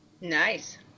Nice